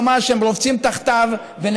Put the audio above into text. הם נאנקים תחתיו.